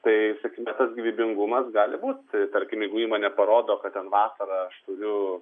tai sakykime kad gyvybingumas gali būti tarkim jeigu įmonė parodo kad ten vasarą aš turiu